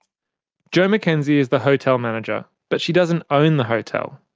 jo mckenzie is the hotel manager but she doesn't own the hotel.